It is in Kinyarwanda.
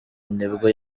nibwo